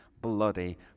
bloody